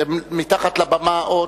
אתם מתחת לבמה.